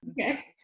Okay